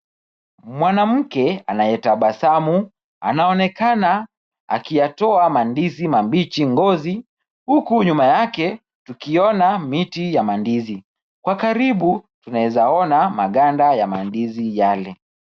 Mwanamke anayetabasamu anaonekana akiyatoa mandizi mabichi ngozi huku nyuma yake tukiona miti ya mandizi. Kwa karibu tunaweza ona maganda ya mandizi yale.